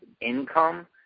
income